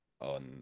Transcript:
on